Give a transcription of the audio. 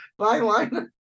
byline